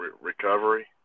Recovery